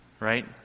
right